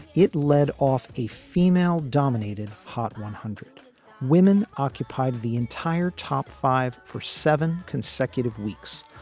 it led off a female dominated hot one hundred women occupied the entire top five for seven consecutive weeks,